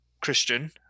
Christian